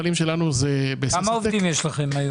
כמה עובדים יש לכם?